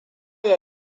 ya